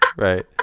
Right